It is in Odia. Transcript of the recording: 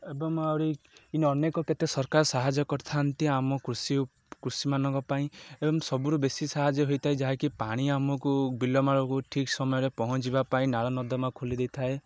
ଏବଂ ଆହୁରି ଅନେକ କେତେ ସରକାର ସାହାଯ୍ୟ କରିଥାନ୍ତି ଆମ କୃଷି କୃଷିମାନଙ୍କ ପାଇଁ ଏବଂ ସବୁରୁ ବେଶୀ ସାହାଯ୍ୟ ହୋଇଥାଏ ଯାହାକି ପାଣି ଆମକୁ ବିଲ ମାଳକୁ ଠିକ୍ ସମୟରେ ପହଞ୍ଚିବା ପାଇଁ ନାଳନର୍ଦ୍ଦମା ଖୁଲି ଦେଇଥାଏ